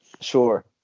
Sure